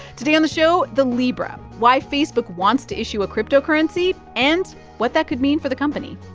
today on the show, the libra why facebook wants to issue a cryptocurrency and what that could mean for the company